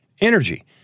energy